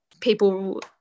people